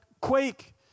quake